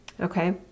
Okay